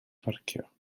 parcio